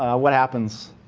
what happens?